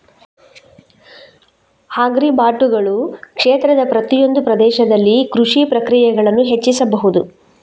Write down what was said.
ಆಗ್ರಿಬಾಟುಗಳು ಕ್ಷೇತ್ರದ ಪ್ರತಿಯೊಂದು ಪ್ರದೇಶದಲ್ಲಿ ಕೃಷಿ ಪ್ರಕ್ರಿಯೆಗಳನ್ನು ಹೆಚ್ಚಿಸಬಹುದು